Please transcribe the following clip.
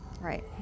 right